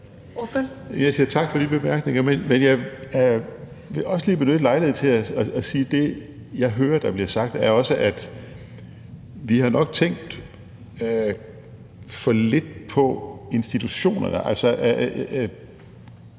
jeg vil også lige benytte lejligheden til at sige, at det, jeg hører bliver sagt, også er, at vi nok har tænkt for lidt på institutionerne, altså